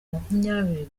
makumyabiri